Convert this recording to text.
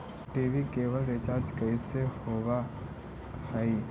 TV cable recharge कैसे होब हइ?